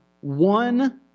one